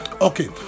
okay